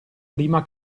prima